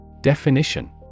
Definition